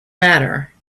matter